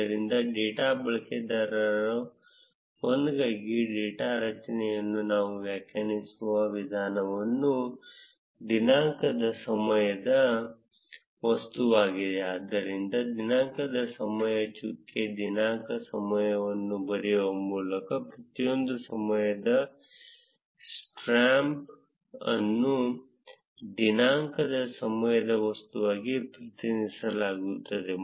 ಆದ್ದರಿಂದ ಡೇಟಾ ಬಳಕೆದಾರ 1 ಗಾಗಿ ಡೇಟಾ ರಚನೆಯನ್ನು ನಾವು ವ್ಯಾಖ್ಯಾನಿಸುವ ವಿಧಾನವು ದಿನಾಂಕದ ಸಮಯದ ವಸ್ತುವಾಗಿದೆ ಆದ್ದರಿಂದ ದಿನಾಂಕದ ಸಮಯ ಚುಕ್ಕೆ ದಿನಾಂಕ ಸಮಯವನ್ನು ಬರೆಯುವ ಮೂಲಕ ಪ್ರತಿಯೊಂದು ಸಮಯದ ಸ್ಟ್ಯಾಂಪ್ ಅನ್ನು ದಿನಾಂಕದ ಸಮಯದ ವಸ್ತುವಾಗಿ ಪ್ರತಿನಿಧಿಸಲಾಗುತ್ತದೆ